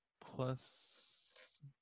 plus